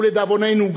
ולדאבוננו,